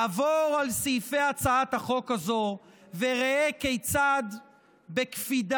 עבור על סעיפי הצעת החוק הזו וראה כיצד בקפידה